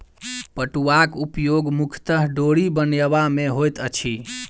पटुआक उपयोग मुख्यतः डोरी बनयबा मे होइत अछि